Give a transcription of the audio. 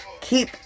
keep